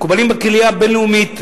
מקובלים בקהילה הבין-לאומית,